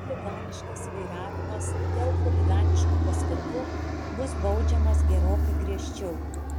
chuliganiškas vairavimas dėl chuliganiškų paskatų bus baudžiamas gerokai griežčiau